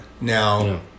Now